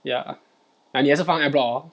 ya 啊你也是放 ad block hor